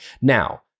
Now